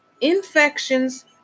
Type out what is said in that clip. infections